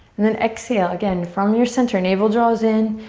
and then exhale, again, from your center. navel draws in.